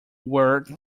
weir